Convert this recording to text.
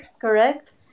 correct